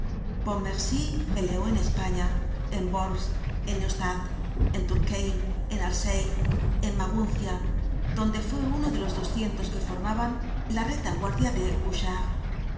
pontmercy peleó en españa en worms enneustadt en turkheim en alcey en maguncia donde fue uno de los doscientos que formaban la retaguardia de